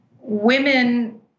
women